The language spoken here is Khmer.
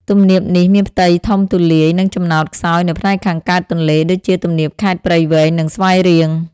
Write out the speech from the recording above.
ទំនាបនេះមានផ្ទៃធំទូលាយ និងចំណោតខ្សោយនៅផ្នែកខាងកើតទន្លេ ដូចជាទំនាបខេត្តព្រៃវែង និងស្វាយរៀង។